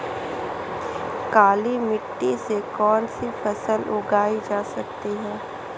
काली मिट्टी में कौनसी फसल उगाई जा सकती है?